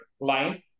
line